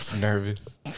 nervous